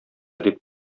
дип